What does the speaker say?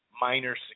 minor